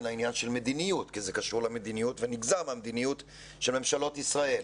לעניין של מדיניות כי זה קשור למדיניות ונגזר מהמדיניות של ממשלות ישראל.